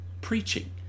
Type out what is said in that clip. preaching